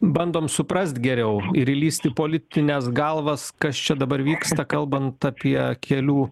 bandom suprast geriau ir įlįst į politines galvas kas čia dabar vyksta kalbant apie kelių